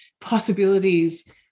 possibilities